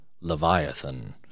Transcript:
Leviathan